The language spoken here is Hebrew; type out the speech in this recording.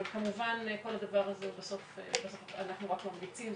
כמובן שכל הדבר אנחנו רק ממליצים,